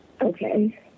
Okay